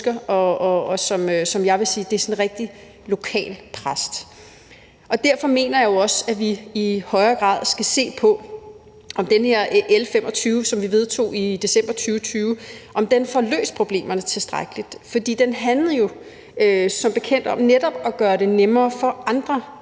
og som jeg vil sige er sådan en rigtig lokal præst. Derfor mener jeg også, at vi i højere grad skal se på, om den her L 25, som vi vedtog i december 2020, får løst problemerne tilstrækkeligt, for den handlede jo som bekendt netop om at gøre det nemmere for andre